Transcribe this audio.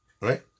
Right